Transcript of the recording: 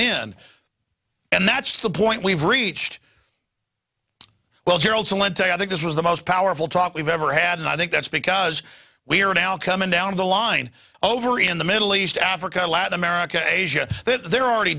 in and that's the point we've reached well gerald celente i think this was the most powerful talk we've ever had and i think that's because we are now coming down the line over in the middle east africa latin america asia they're already